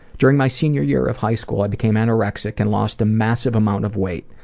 during my senior year of high school i became anorexic and lost a massive amount of weight.